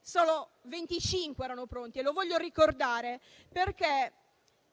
solo 25 pronti e lo voglio ricordare, perché da parte